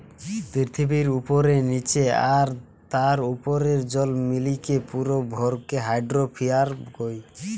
পৃথিবীর উপরে, নীচে আর তার উপরের জল মিলিকি পুরো ভরকে হাইড্রোস্ফিয়ার কয়